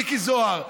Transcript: מיקי זוהר,